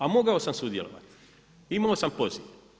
A mogao sam sudjelovati, imao sam poziv.